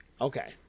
Okay